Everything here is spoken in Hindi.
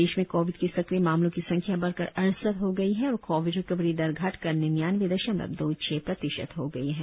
प्रदेश में कोविड के सक्रिय मामलों की संख्या बढ़कर अड़सठ हो गई है और कोविड रिकवरी दर घटकर निन्यानबे दशमलव दो छह प्रतिशत हो गई है